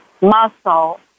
muscle